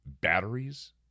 batteries